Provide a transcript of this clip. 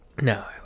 No